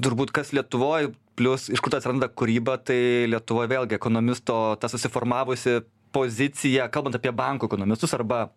turbūt kas lietuvoj plius iš kur ta atsiranda kūryba tai lietuvoj vėlgi ekonomisto ta susiformavusi pozicija kalbant apie bankų ekonomistus arba